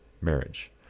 marriage